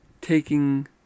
taking